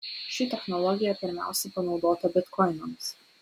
ši technologija pirmiausia panaudota bitkoinams